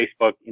Facebook